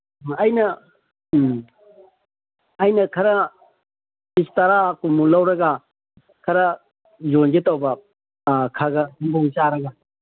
ꯑꯩꯅ ꯎꯝ ꯑꯩꯅ ꯈꯔ ꯄꯤꯁ ꯇꯔꯥ ꯀꯨꯟꯃꯨꯛ ꯂꯧꯔꯒ ꯈꯔ ꯌꯣꯟꯒꯦ ꯇꯧꯕ ꯈꯔ ꯈꯔ ꯁꯦꯟꯗꯣꯡ ꯆꯥꯔꯒ